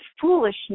foolishness